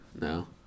No